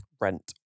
rent